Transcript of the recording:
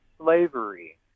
slavery